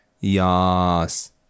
Yes